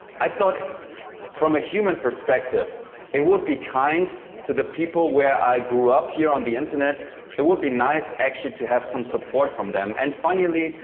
i thought from a human perspective it would be kind to the people where i grew up here on the internet it would be nice actually to have some support from them. and funnily,